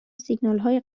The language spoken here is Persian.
سیگنالهای